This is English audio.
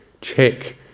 check